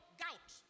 gout